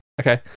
Okay